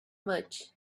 much